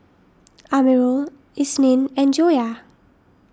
Amirul Isnin and Joyah